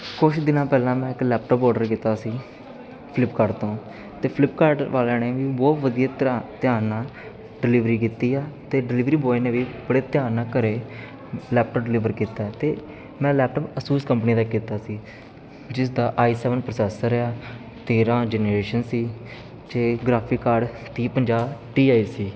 ਕੁਛ ਦਿਨਾਂ ਪਹਿਲਾਂ ਮੈਂ ਇੱਕ ਲੈਪਟੋਪ ਔਡਰ ਕੀਤਾ ਸੀ ਫਲਿੱਪਕਾਰਟ ਤੋਂ ਅਤੇ ਫਲਿੱਪਕਾਰਟ ਵਾਲਿਆਂ ਨੇ ਵੀ ਬਹੁਤ ਵਧੀਆ ਤਰ੍ਹਾਂ ਧਿਆਨ ਨਾਲ ਡਿਲੀਵਰੀ ਕੀਤੀ ਆ ਅਤੇ ਡਿਲੀਵਰੀ ਬੋਆਏ ਨੇ ਵੀ ਬੜੇ ਧਿਆਨ ਨਾਲ ਘਰ ਲੈਪਟੋਪ ਡਿਲੀਵਰ ਕੀਤਾ ਅਤੇ ਮੈਂ ਲੈਪਟੋਪ ਅਸੂਸ ਕੰਪਨੀ ਦਾ ਕੀਤਾ ਸੀ ਜਿਸ ਦਾ ਆਈ ਸੈਵਨ ਪ੍ਰੋਸੈਸਰ ਆ ਤੇਰਾਂ ਜਨਰੇਸ਼ਨ ਸੀ ਅਤੇ ਗਰਾਫੀ ਕਾਰਡ ਤੀਹ ਪੰਜਾਹ ਟੀ ਆਈ ਸੀ